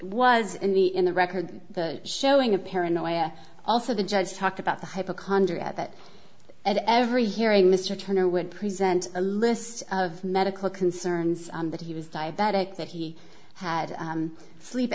was in the in the record the showing of paranoia also the judge talked about the hypochondria that at every hearing mr turner would present a list of medical concerns that he was diabetic the he had sleep